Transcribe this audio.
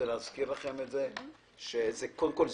קודם כול,